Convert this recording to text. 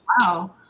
wow